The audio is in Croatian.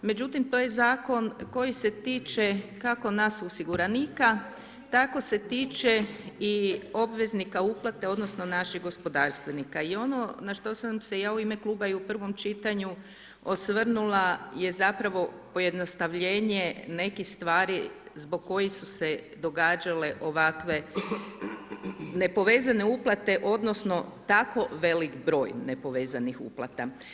Međutim, to je zakon koji se tiče kako nas osiguranika, tako se tiče i obveznika uplate, odnosno naših gospodarstvenika i ono na što sam se ja u ime kluba i u prvom čitanju osvrnula je zapravo pojednostavljenje nekih stvari zbog kojih su se događale ovakve nepovezane uplate, odnosno tako velik broj nepovezanih uplata.